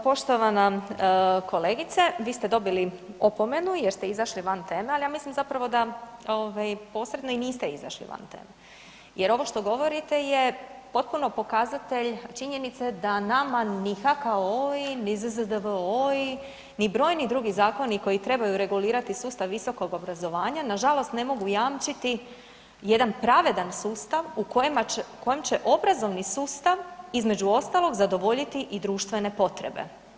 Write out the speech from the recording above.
Poštovana kolegice, vi ste dobili opomenu jer ste izašli van teme, ali ja mislim zapravo da ovaj posredno i niste izašli van teme jer ovo što govorite je potpuno pokazatelj činjenice da nama ni HKO-oi, ni ZZVO-oi, ni brojni drugi zakoni koji trebaju regulirati sustav visokoga obrazovanja nažalost ne mogu jamčiti jedan pravedan sustav u kojem će obrazovni sustav između ostaloga zadovoljiti i društvene potrebe.